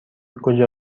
کجا